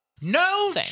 No